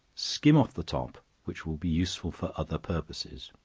skim off the top, which will be useful for other purposes.